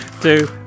two